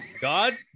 God